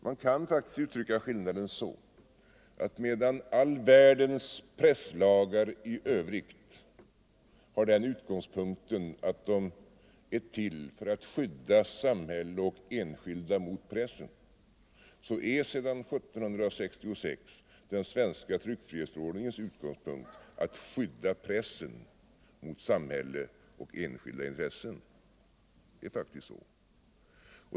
Man kan uttrycka skillnaden så, att medan all världens presslagar i övrigt har den utgångspunkten, att de är till för att skydda samhälle och enskilda mot pressen, är sedan 1766 den svenska tryckfrihetsförordningens utgångspunkt att skydda pressen mot samhälle och enskilda intressen.